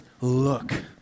look